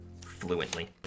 fluently